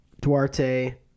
Duarte